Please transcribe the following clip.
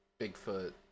Bigfoot